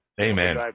Amen